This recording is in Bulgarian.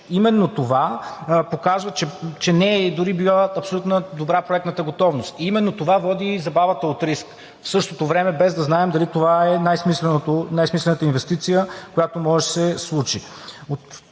случи. Това показва, че дори не е била абсолютно добра проектната готовност и именно това води забавата от риск, в същото време без да знаем дали това е най-смислената инвестиция, която може да се случи.